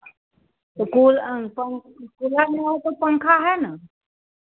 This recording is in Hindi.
तो कूल कूलर नहीं है तो पंखा है ना